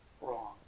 wrong